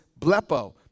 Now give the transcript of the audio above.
blepo